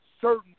certain